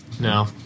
No